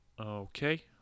Okay